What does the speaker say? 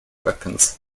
weapons